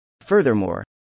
Furthermore